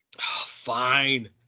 Fine